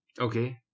Okay